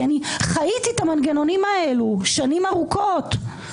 כי אני חייתי את המנגנונים האלה שנים ארוכות.